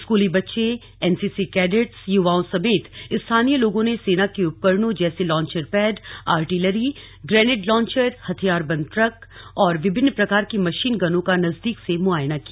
स्कूली बच्चों NCC cadets युवाओं समेत स्थानीय लोगों ने सेना के उपकरणों जैसे launcher pad artillery grenade launcher हथियारबंद ट्रंक और विभिन्न प्रकार की मशीन गनों का नजदीक से मुआयना किया